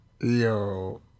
Yo